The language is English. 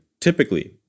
Typically